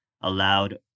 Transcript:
allowed